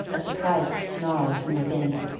a surprised snarl from within,